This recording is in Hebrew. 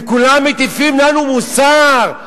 וכולם מטיפים לנו מוסר,